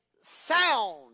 sound